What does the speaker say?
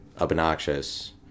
obnoxious